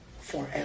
forever